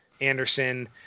Anderson